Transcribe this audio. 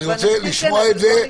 אבל אני רוצה לשמוע את